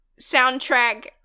soundtrack